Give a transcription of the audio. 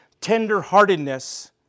tenderheartedness